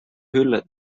hülle